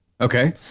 Okay